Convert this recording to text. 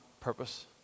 purpose